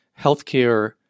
healthcare